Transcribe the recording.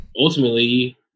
ultimately